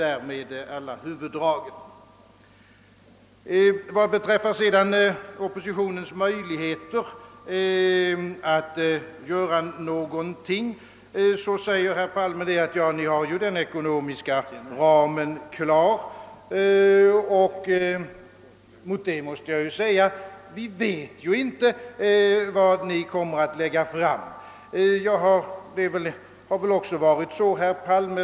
Vad sedan beträffar oppositionens möjligheter att göra någonting säger herr Palme, att vi har den ekonomiska ramen klar. Gentemot det måste jag säga att vi ju inte vet vad regeringen kommer att lägga fram.